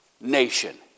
nation